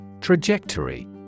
Trajectory